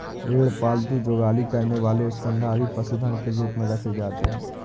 भेड़ पालतू जुगाली करने वाले स्तनधारी पशुधन के रूप में रखे जाते हैं